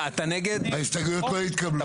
ההסתייגויות לא התקבלו.